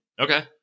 Okay